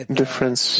difference